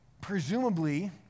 presumably